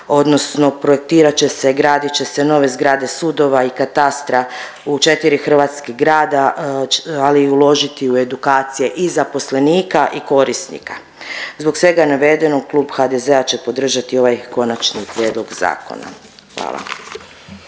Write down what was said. odnosno projektirat će se, gradit će se nove zgrade sudova i katastra u četiri hrvatska grada ali i uložiti u edukacije i zaposlenika i korisnika. Zbog svega navedenog klub HDZ-a će podržati ovaj konačni prijedlog zakona. Hvala.